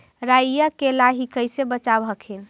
राईया के लाहि कैसे बचाब हखिन?